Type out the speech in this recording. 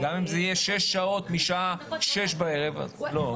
גם אם זה יהיה שש שעות, משעה 18:00, אז לא.